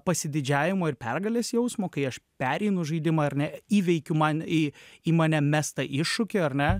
pasididžiavimo ir pergalės jausmo kai aš pereinu žaidimą ar ne įveikiu man į į mane mestą iššūkį ar ne